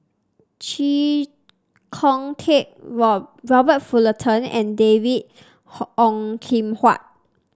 Chee Kong Tet Rob Robert Fullerton and David Ong Kim Huat